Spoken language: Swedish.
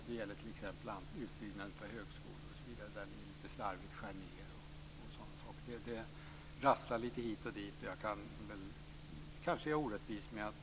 Det gäller t.ex. utbyggnaden av högskolor, där ni litet slarvigt skär ned. Det rasslar litet hit och dit. Kanske är jag orättvis, men jag tar det inte riktigt på allvar.